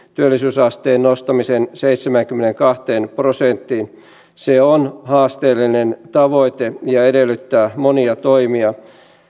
työllisyysasteen nostamisen seitsemäänkymmeneenkahteen prosenttiin se on haasteellinen tavoite ja edellyttää monia toimia